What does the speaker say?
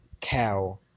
cow